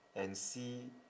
and see